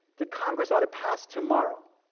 that congress ought to pass tomorrow.